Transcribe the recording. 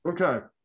Okay